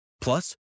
Plus